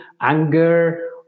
anger